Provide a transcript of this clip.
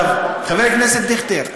חבר הכנסת דיכטר,